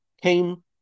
came